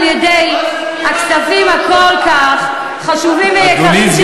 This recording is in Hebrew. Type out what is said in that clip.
על-ידי הכספים הכל-כך, חשובים ויקרים שלנו.